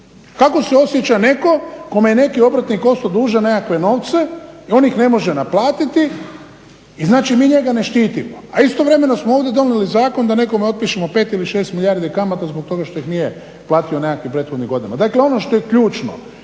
Kako se osjeća netko kome je neki obrtnik ostao dužan nekakve novce, on ih ne može naplatiti i znači mi njega ne štitimo, a istovremeno smo ovdje donijeli zakon da nekome otpišemo 5 ili 6 milijardi kamata zbog toga što ih nije platio u nekakvim prethodnim godinama. Dakle ono što je ključno